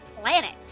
planet